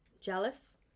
Jealous